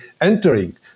entering